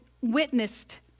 witnessed